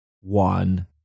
one